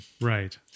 Right